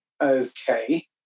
Okay